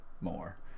more